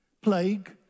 plague